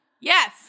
Yes